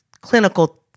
clinical